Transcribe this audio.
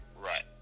Right